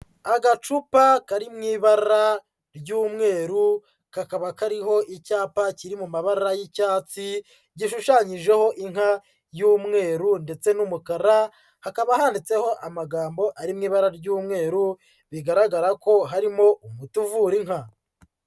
Agacupa kari mu ibara ry'umweru, kakaba kariho icyapa kiri mu mabara y'icyatsi, gishushanyijeho inka y'umweru ndetse n'umukara, hakaba handitseho amagambo ari mu ibara ry'umweru, bigaragara ko harimo umuti uvura inka.